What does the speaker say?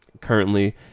Currently